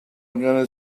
going